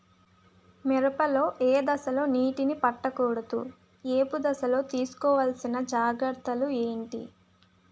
మిరప లో ఏ దశలో నీటినీ పట్టకూడదు? ఏపు దశలో తీసుకోవాల్సిన జాగ్రత్తలు ఏంటి?